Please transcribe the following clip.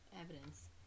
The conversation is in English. evidence